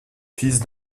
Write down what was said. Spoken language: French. fils